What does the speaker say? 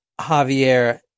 Javier